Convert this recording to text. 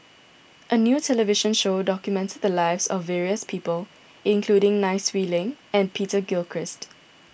a new television show documented the lives of various people including Nai Swee Leng and Peter Gilchrist